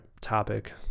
topic